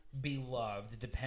beloved